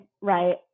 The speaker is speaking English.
right